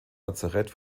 lazarett